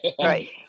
Right